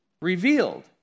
revealed